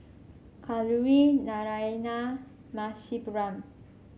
Kalluri Naraina Rasipuram